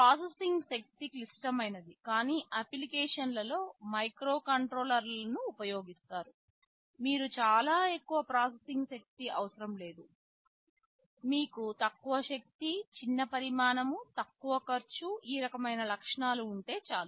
processing శక్తి క్లిష్టమైనది కాని అప్లికేషన్ల లో మైక్రోకంట్రోలర్లను ఉపయోగిస్తారు మీకు చాలా ఎక్కువ ప్రాసెసింగ్ శక్తి అవసరం లేదు మీకు తక్కువ శక్తి చిన్న పరిమాణం తక్కువ ఖర్చు ఈ రకమైన లక్షణాలు ఉంటే చాలు